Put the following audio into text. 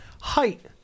Height